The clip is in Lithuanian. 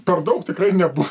per daug tikrai nebus